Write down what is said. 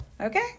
okay